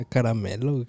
Caramelo